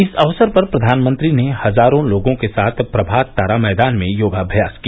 इस अवसर पर प्रधानमंत्री ने हजारों लोगों के साथ प्रभात तारा मैदान में योगाभ्यास किया